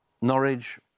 Norwich